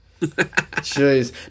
Jeez